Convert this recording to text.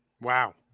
Wow